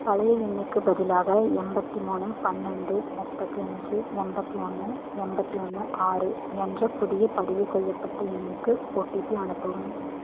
பழைய எண்ணுக்குப் பதிலாக எண்பத்துமூணு பன்னெண்டு முப்பத்து அஞ்சு எண்பத்து ஒன்று எண்பத்து ஒன்று ஆறு என்ற புதிய பதிவுசெய்யப்பட்ட எண்ணுக்கு ஓடிபி அனுப்பவும்